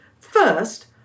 First